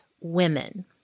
women